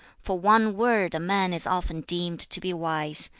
for one word a man is often deemed to be wise,